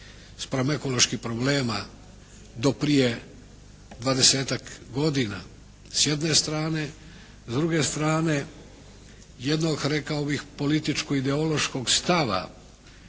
spram ekoloških problema do prije 20-tak godina s jedne strane. S druge strane jednog rekao bih političkog ideološkog stava